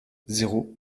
zéro